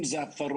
אם אלה הפרות,